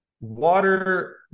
water